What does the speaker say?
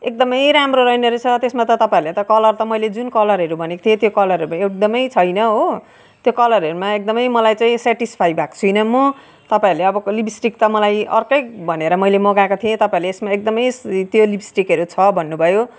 एकदम राम्रो रहेन रहेछ त्यसमा त तपाईँहरूले त कलर त मैले जुन कलरहरू भनेको थिएँ त्यो कलरहरूमा एकदम छैन हो त्यो कलरहरूमा एकदम मलाई चाहिँ सेटिस्फाइ भएको छैन म तपाईँहरूले अबको लिपस्टिक त मलाई अर्कै भनेर मैले मगाएको थिएँ तपाईँले यसमा एकदम त्यो लिपस्टिकहरू छ भन्नु भयो